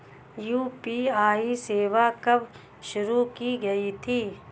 UPI सेवा कब शुरू की गई थी?